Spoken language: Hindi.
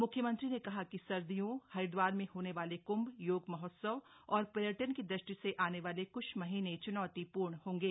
मुख्यमंत्री ने कहा कि सर्दियों हरिद्वार में होने वाले क्ंभ योग महोत्सवों और पर्यटन की दृष्टि से आने वाले कुछ महीने चुनौतीपूर्ण होंगे